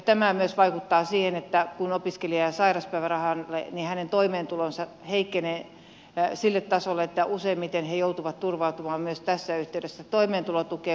tämä myös vaikuttaa siihen että kun opiskelija jää sairauspäivärahalle niin hänen toimeentulonsa heikkenee sille tasolle että useimmiten hän joutuu turvautumaan myös tässä yhteydessä toimeentulotukeen